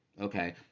okay